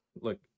look